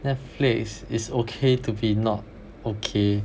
Netflix It's Okay to Be Not Okay